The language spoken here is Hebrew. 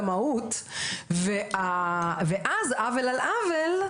את המהות ואז עוול על עוול,